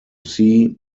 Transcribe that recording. see